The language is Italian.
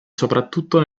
soprattutto